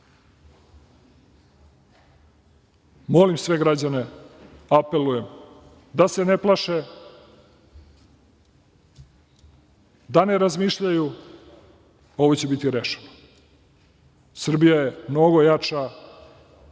ništa. Molim sve građane, apelujem da se ne plaše, da ne razmišljaju. Ovo će biti rešeno. Srbija je mnogo jača